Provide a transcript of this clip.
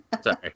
sorry